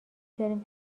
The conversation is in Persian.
داریم